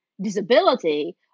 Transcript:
disability